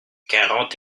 quarante